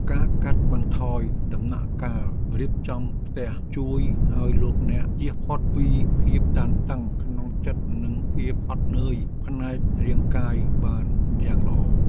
ការកាត់បន្ថយដំណាក់កាលរៀបចំផ្ទះ ជួយឱ្យលោកអ្នកជៀសផុតពីភាពតានតឹងក្នុងចិត្តនិងភាពហត់នឿយផ្នែករាងកាយបានយ៉ាងល្អ។